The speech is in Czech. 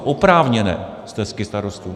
Oprávněné stesky starostů.